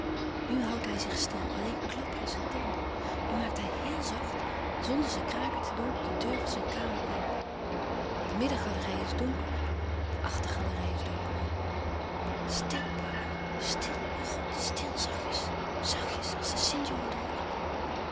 nu houdt hij zich stil alleen klapperen zijn tanden nu maakt hij héel zacht zonder ze kraken te doen de deur van zijn kamer open de middengalerij louis couperus van oude menschen de dingen die voorbij gaan is donker de achtergalerij is donker stl baboe stil o god stil zachtjes zachtjes als de sinjo hoort